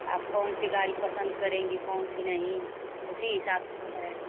आप कौन सी गाड़ी पसंद करेंगी कौन सी नहीं उसी हिसाब से बताया